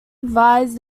advise